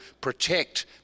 protect